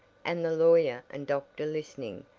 and the lawyer and doctor listening,